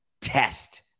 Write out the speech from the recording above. test